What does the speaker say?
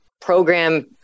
program